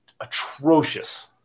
atrocious